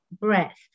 breath